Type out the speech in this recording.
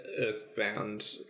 Earthbound